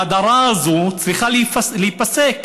ההדרה הזו צריכה להיפסק,